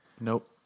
Nope